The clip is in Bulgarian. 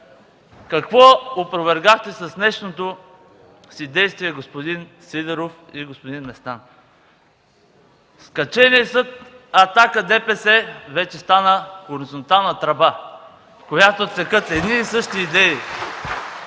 Какво опровергахте с днешното си действие, господин Сидеров и господин Местан? Скаченият съд „Атака”–ДПС вече стана хоризонтална тръба, в която текат едни и същи идеи.